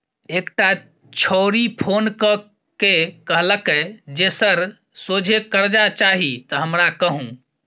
एकटा छौड़ी फोन क कए कहलकै जे सर सोझे करजा चाही त हमरा कहु